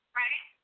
right